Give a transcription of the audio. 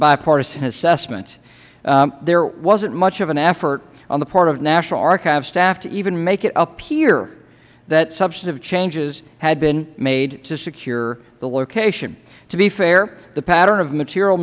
bipartisan assessment there wasn't much of an effort on the part of national archives staff to even make it appear that substantive changes had been made to secure the location to be fair the pattern of material